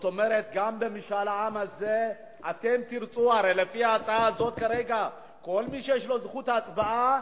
הרי הציבור הערבי,